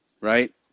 right